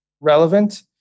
relevant